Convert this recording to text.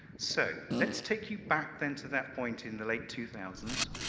so, let's take you back, then, to that point in the late two thousand